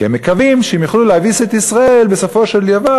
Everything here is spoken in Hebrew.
כי הם מקווים שהם יוכלו להביס את ישראל בסופו של דבר,